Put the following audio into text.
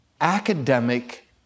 academic